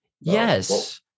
yes